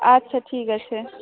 আচ্ছা ঠিক আছে